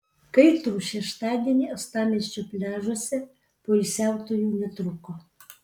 kaitrų šeštadienį uostamiesčio pliažuose poilsiautojų netrūko